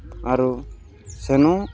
ଆରୁ ସେନୁ